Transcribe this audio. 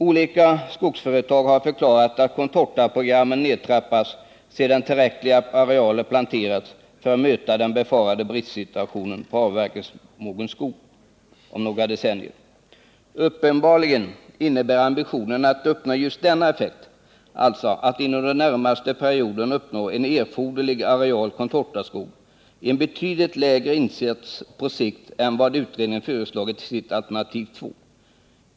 Olika skogsföretag har förklarat att contortaprogrammen kommer att nedtrappas sedan tillräckliga arealer planterats för att möta den befarade bristsituationen när det gäller avverkningsmogen skog om några decennier. Uppenbarligen innebär ambitionen att uppnå just denna effekt — alltså att inom den närmaste perioden uppnå en erforderlig areal contortaskog — en betydligt lägre insats på sikt än vad utredningen föreslagit i sitt alternativ 2.